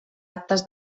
actes